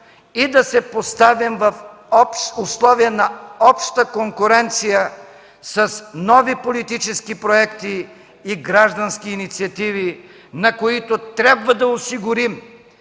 и да се поставим в условия на обща конкуренция с нови политически проекти и граждански инициативи, на които трябва да осигурим